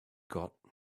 got